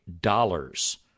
dollars